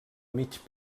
mig